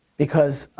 because,